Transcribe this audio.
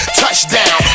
touchdown